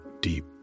deep